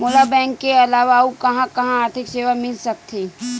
मोला बैंक के अलावा आऊ कहां कहा आर्थिक सेवा मिल सकथे?